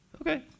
Okay